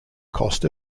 cost